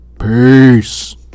Peace